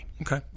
Okay